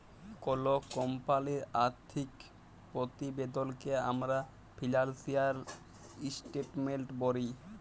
call কমপালির আথ্থিক পরতিবেদলকে আমরা ফিলালসিয়াল ইসটেটমেলট ব্যলি